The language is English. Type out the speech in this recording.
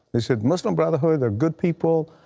he said muslim brotherhood are good people,